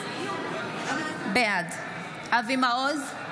בעד אבי מעוז,